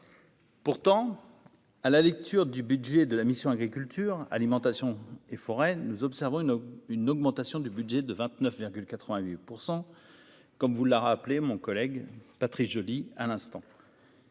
Pourtant, à la lecture du budget de la mission Agriculture alimentation et forêts, nous observons une augmentation du budget de 29,88 %, comme vous l'a rappelé mon collègue Patrice Joly, à l'instant.